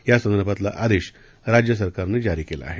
यासंदर्भातला आदेश राज्य सरकारनं जारी केला आहे